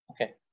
Okay